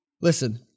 Listen